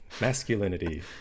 masculinity